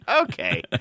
okay